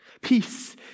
Peace